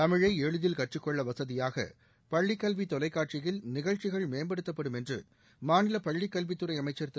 தமிழை எளிதில் கற்றுக்கொள்ள வசதியாக பள்ளிக்கல்வி தொலைக்காட்சியில் நிகழ்ச்சிகள் மேம்படுத்தப்படும் என்று மாநில பள்ளிக் கல்வித்துறை அமைச்சர் திரு